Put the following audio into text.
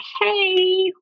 Hey